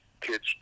kids